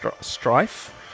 Strife